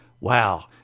wow